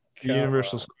Universal